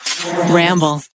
Ramble